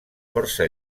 força